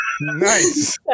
Nice